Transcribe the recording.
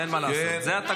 אין מה לעשות, זה התקנון.